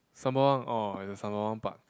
some more orh is the Sembawang park